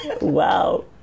Wow